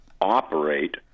operate